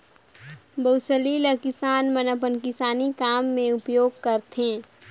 बउसली ल किसान मन अपन किसानी काम मे उपियोग करथे